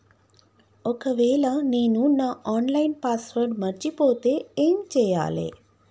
ఒకవేళ నేను నా ఆన్ లైన్ పాస్వర్డ్ మర్చిపోతే ఏం చేయాలే?